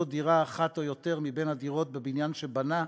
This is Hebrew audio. דירה או יותר מבין הדירות בבניין שבנה,